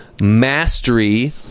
mastery